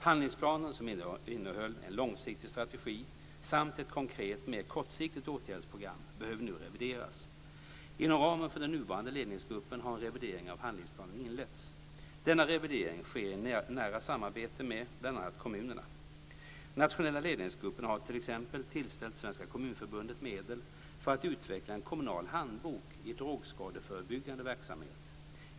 Handlingsplanen, som innehöll en långsiktig strategi samt ett konkret mer kortsiktigt åtgärdsprogram, behöver nu revideras. Inom ramen för den nuvarande ledningsgruppen har en revidering av handlingsplanen inletts. Denna revidering sker i nära samarbete med bl.a. kommunerna. Nationella ledningsgruppen har t.ex. tillställt Svenska Kommunförbundet medel för att utveckla en kommunal handbok i drogskadeförebyggande verksamhet.